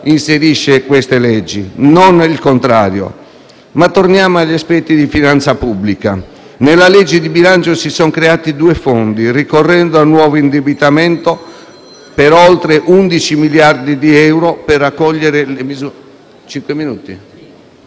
leggi di questo tipo, non il contrario. Ma torniamo agli aspetti di finanza pubblica: nella legge di bilancio si sono creati due fondi ricorrendo a nuovo indebitamento per oltre 11 miliardi di euro per accogliere le misure previste